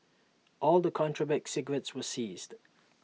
all the contraband cigarettes were seized